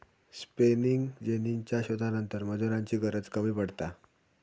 spinning जेनीच्या शोधानंतर मजुरांची गरज कमी पडता